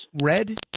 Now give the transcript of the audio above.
Red